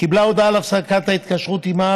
קיבלה הודעה על הפסקת ההתקשרות עימה